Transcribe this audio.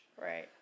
Right